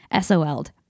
SOL'd